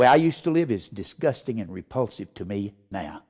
way i used to live is disgusting and repulsive to me now